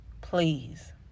please